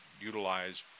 utilize